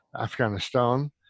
Afghanistan